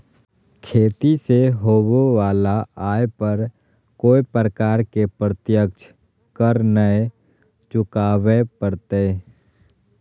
खेती से होबो वला आय पर कोय प्रकार के प्रत्यक्ष कर नय चुकावय परतय